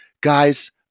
guys